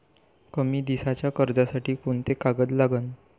कमी दिसाच्या कर्जासाठी कोंते कागद लागन?